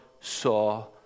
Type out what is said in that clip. saw